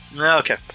Okay